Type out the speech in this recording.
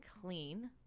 clean